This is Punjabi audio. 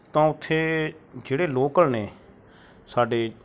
ਤਾਂ ਉੱਥੇ ਜਿਹੜੇ ਲੋਕਲ ਨੇ ਸਾਡੇ